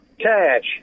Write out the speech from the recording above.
cash